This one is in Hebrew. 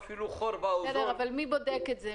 אבל מי בודק את זה?